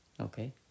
Okay